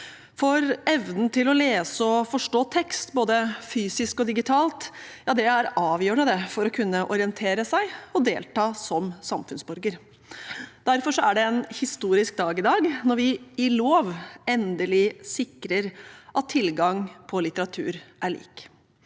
Evnen til å lese og forstå tekst, både fysisk og digitalt, er avgjørende for å kunne orientere seg og delta som samfunnsborger. Derfor er det en historisk dag i dag, når vi i lov endelig sikrer at tilgangen på litteratur er lik.